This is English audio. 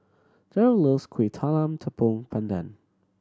Derl loves Kuih Talam Tepong Pandan